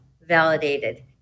validated